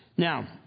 Now